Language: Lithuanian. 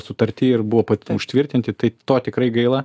sutarty ir buvo patv užtvirtinti tai to tikrai gaila